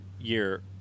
year